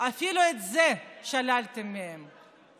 אפילו את זה שללתם מהם.